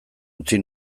utzi